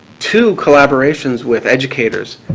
to collaborations with educators,